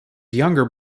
younger